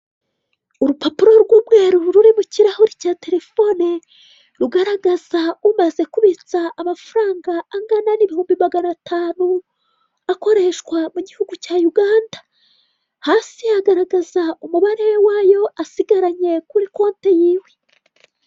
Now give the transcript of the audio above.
Urupapuro rw'umweru ruri mu kirahuri cya terefone, rugaragaza umaze kubitsa amafaranga angana n' ibihumbi magana atanu, akoreshwa mu gihugu cya Uganda. Hasi hagaragaza umubare w'ayo asigaranye kuri konte yiwe.